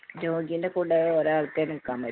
രോഗീന്റെ കൂടെ ഒരാൾക്കേ നിൽക്കാൻ പറ്റൂ